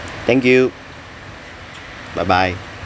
okay thank you bye bye